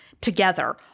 together